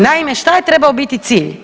Naime šta je trebao biti cilj?